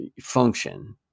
function